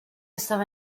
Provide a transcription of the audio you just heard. estaba